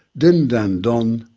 din, dan, don.